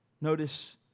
Notice